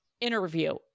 interview